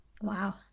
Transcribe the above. Wow